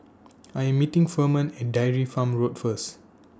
I Am meeting Furman At Dairy Farm Road First